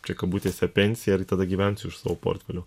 čia kabutėse pensiją ir tada gyvensiu iš savo portfelio